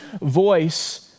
voice